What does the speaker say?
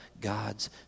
God's